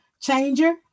changer